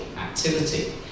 activity